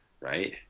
right